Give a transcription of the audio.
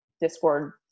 Discord